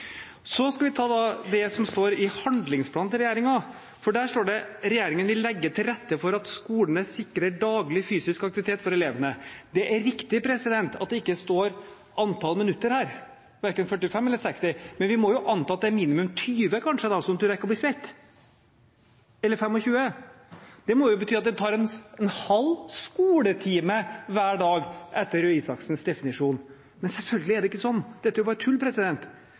Så skal vi ta fram det som står i handlingsplanen til regjeringen. Der står det: «Regjeringen vil legge til rette for at skolene sikrer daglig fysisk aktivitet for elevene.» Det er riktig at det ikke står antall minutter, verken 45 eller 60, men vi må jo anta at det kanskje er minimum 20 eller 25, slik at man rekker å bli svett. Det må bety at man tar en halv skoletime hver dag, etter Røe Isaksens definisjon. Selvfølgelig er det ikke slik, dette er bare tull.